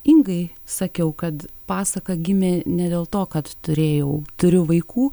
ingai sakiau kad pasaka gimė ne dėl to kad turėjau turiu vaikų